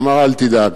אמר: אל תדאג,